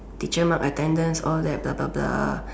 teacher mark attendance all that blah blah